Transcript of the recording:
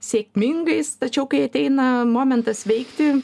sėkmingais tačiau kai ateina momentas veikti